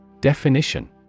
Definition